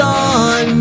on